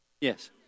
Yes